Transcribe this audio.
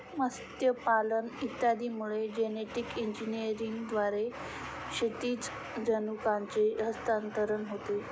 मत्स्यपालन इत्यादींमध्ये जेनेटिक इंजिनिअरिंगद्वारे क्षैतिज जनुकांचे हस्तांतरण होते